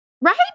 Right